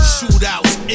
Shootouts